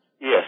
Yes